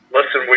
Listen